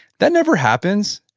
that never happens,